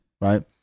right